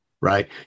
Right